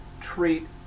treat